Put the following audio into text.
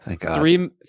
Three